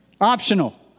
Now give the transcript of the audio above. Optional